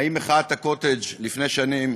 האם מחאת הקוטג' לפני שנים,